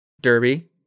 derby